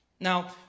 Now